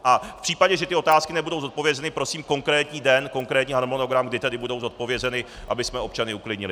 V případě, že ty otázky nebudou zodpovězeny, prosím konkrétní den, konkrétní harmonogram, kdy tedy budou zodpovězeny, abychom občany uklidnili.